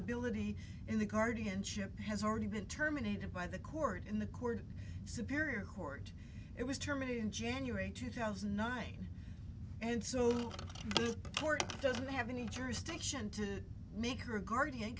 ability in the guardianship has already been terminated by the court in the court superior court it was terminated in january two thousand and nine and so the court doesn't have any jurisdiction to make her a guardian